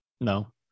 No